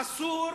אסור